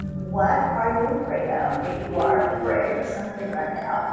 what are you afraid of? if you are afraid of something right now,